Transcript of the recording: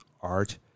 art